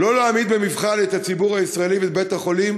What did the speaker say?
לא להעמיד במבחן את הציבור הישראלי ואת בית-החולים